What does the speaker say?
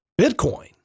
Bitcoin